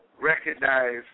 recognize